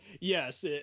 Yes